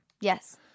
Yes